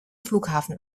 flughafen